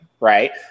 right